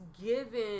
given